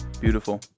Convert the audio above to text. beautiful